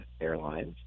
Airlines